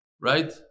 right